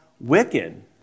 wicked